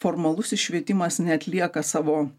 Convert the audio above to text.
formalusis švietimas neatlieka savo